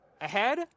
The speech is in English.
ahead